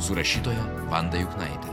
su rašytoja vanda juknaite